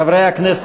חברי הכנסת,